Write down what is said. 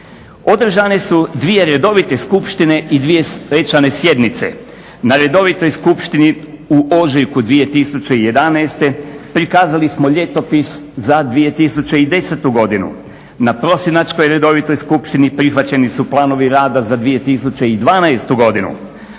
Održane su dvije redovite skupštine i 2 svečane sjednice. Na redovitoj skupštini u ožujku 2011. prikazali smo Ljetopis za 2010. godinu. Na prosinačkoj redovitoj skupštini prihvaćeni su planovi rada za 2012. godinu.